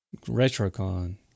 RetroCon